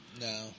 No